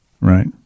Right